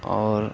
اور